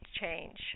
change